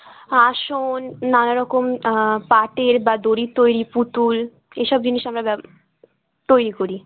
আসন নানা রকম পাটের বা দড়ির তৈরি পুতুল এইসব জিনিস আমরা ব্যব তৈরি করি